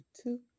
two